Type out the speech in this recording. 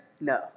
No